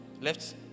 Left